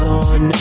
on